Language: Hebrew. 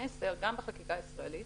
המסר, גם בחקיקה הישראלית